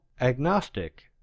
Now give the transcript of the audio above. agnostic